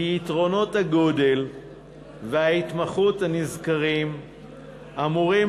כי יתרונות הגודל וההתמחות הנזכרים אמורים